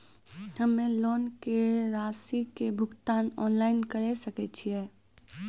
हम्मे लोन के रासि के भुगतान ऑनलाइन करे सकय छियै?